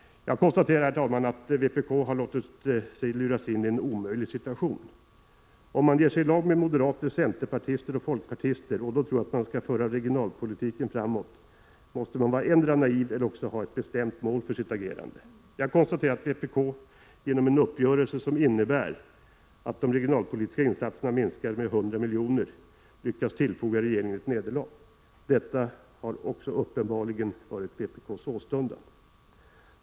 Jag konstaterar att vpk har låtit sig luras in i en omöjlig situation. Om man ger sig i lag med moderater, centerpartister och folkpartister och tror att man på det sättet skall föra regionalpolitiken framåt måste man endera vara naiv eller också ha ett bestämt mål för sitt agerande. Jag konstaterar att vpk genom en uppgörelse som innebär att de regionalpolitiska insatserna minskar med 100 milj.kr. lyckats tillfoga regeringen ett nederlag. Detta har också uppenbarligen varit vpk:s åstundan.